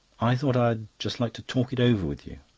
i thought i'd just like to talk it over with you.